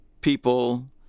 people